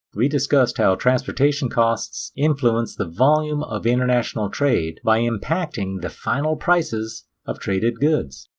we discussed how transportation costs influence the volume of international trade by impacting the final prices of traded goods.